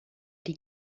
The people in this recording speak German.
die